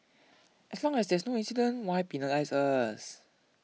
as long as there's no incident why penalise us